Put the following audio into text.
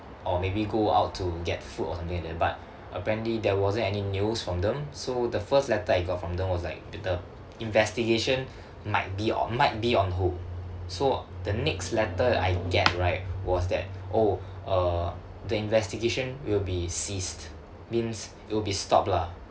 or maybe go out to get food or something like that but apparently there wasn't any news from them so the first letter I got from them was like the investigation might be on might be on hold so the next letter that I get right was that oh uh the investigation will be ceased means it will be stop lah